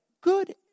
good